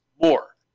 more